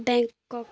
Bangkok